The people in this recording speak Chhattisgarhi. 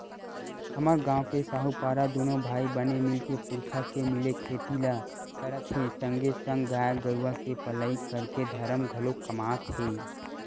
हमर गांव के साहूपारा दूनो भाई बने मिलके पुरखा के मिले खेती ल करत हे संगे संग गाय गरुवा के पलई करके धरम घलोक कमात हे